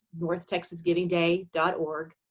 NorthTexasGivingDay.org